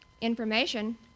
Information